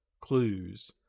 clues